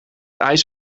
ijs